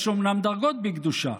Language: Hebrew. יש אומנם דרגות בקדושה,